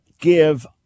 give